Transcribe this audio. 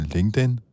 LinkedIn